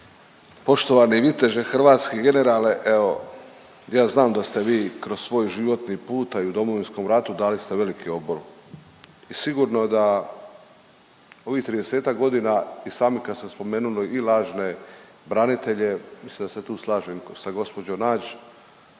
Poštovani viteže, hrvatski generale evo ja znam da ste vi kroz svoj životni put, a i u Domovinskom ratu dali ste veliki obol i sigurno da ovih tridesetak godina i sami kad ste spomenuli i lažne branitelje, mislim da se tu slažem sa gospođom Nađ